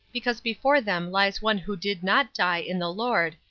because before them lies one who did not die in the lord,